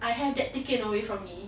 I have that taken away from me